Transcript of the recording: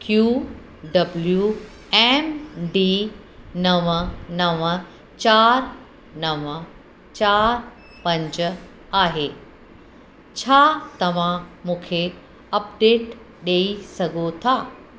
Q W M D नव नव चारि नव चारि पंज आहे छा तव्हां मूंखे अपडेट ॾेई सघो था